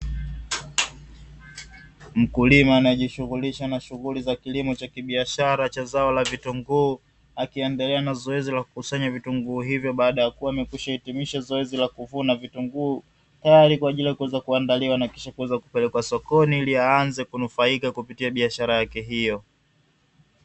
Mkulima anajishughulisha na shughuli za kilimo cha kibiashara cha zao la vitunguu akiendelea na zoezi la kukusanya vitunguu hivyo baada ya kuwa amekwisha hitimisha zoezi la kuvuna vitunguu, tayari kwa ajili ya kuweza kuandaliwa na kisha kuweza kupelekwa sokoni ili aanze kunufaika kupitia biashara yake hiyo.